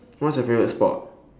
what's your favorite sport